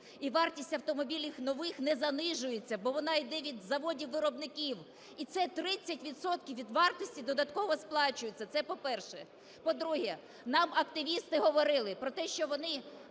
І вартість автомобілів нових не занижується, бо вона йде від заводів-виробників, і це 30 відсотків від вартості додатково сплачується. Це – по-перше. По-друге, нам активісти говорили, що вони